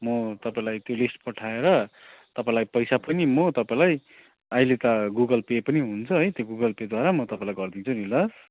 म तपाईँलाई त्यो लिस्ट पठाएर तपाईँलाई पैसा पनि म तपाईँलाई अहिले त गुगल पे पनि हुन्छ है त्यो गुगल पेद्वारा म तपाईँलाई गरिदिन्छु नि ल